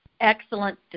Excellent